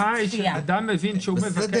ההנחה היא שאדם מבין שאם הוא מבקש את המידע